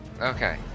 Okay